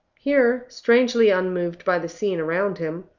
here, strangely unmoved by the scene around him,